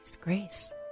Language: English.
grace